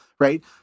Right